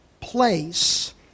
place